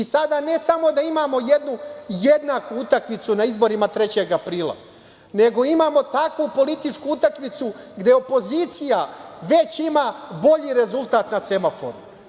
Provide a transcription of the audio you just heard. I sada ne samo da imamo jednaku utakmicu na izborima 3. aprila, nego imamo takvu političku utakmicu gde opozicija već ima bolji rezultat na semaforu.